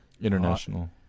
International